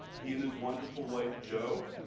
he and his wonderful wife, jo,